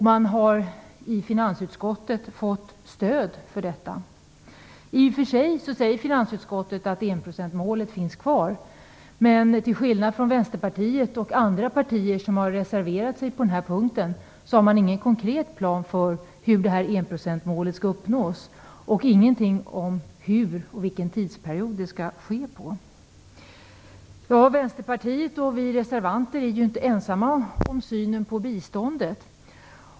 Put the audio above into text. Man har i finansutskottet fått stöd för detta. I och för sig säger finansutskottet att enprocentsmålet finns kvar. Men till skillnad från Vänsterpartiet och andra partier som har reserverat sig på den här punkten har man ingen konkret plan för hur enprocentsmålet skall uppnås och ingenting om hur och under vilken tidsperiod det skall ske. Vänsterpartiet och vi reservanter är inte ensamma om synen på biståndet.